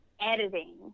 editing